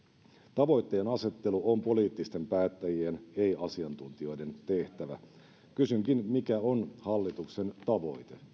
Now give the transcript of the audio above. tavoitteenasettelu on poliittisten päättäjien ei asiantuntijoiden tehtävä kysynkin mikä on hallituksen tavoite